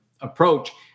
approach